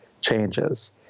changes